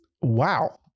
wow